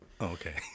Okay